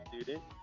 student